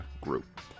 group